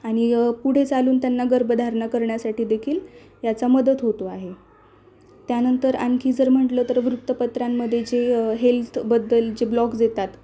आणि पुढे चालून त्यांना गर्भधारणा करण्यासाठी देखील याचा मदत होतो आहे त्यानंतर आणखी जर म्हटलं तर वृत्तपत्रांमध्ये जे हेल्थबद्दल जे ब्लॉग्ज येतात